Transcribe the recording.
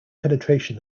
penetration